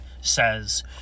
says